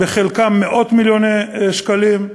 בחלקה של מאות-מיליוני שקלים,